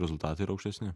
rezultatai yra aukštesni